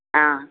ஆ